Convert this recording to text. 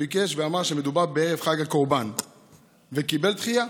ואמר שמדובר בערב חג הקורבן וקיבל דחייה,